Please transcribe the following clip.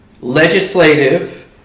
legislative